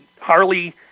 Harley